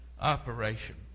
operation